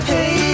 Hey